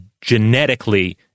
genetically